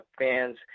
fans